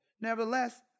Nevertheless